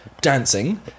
dancing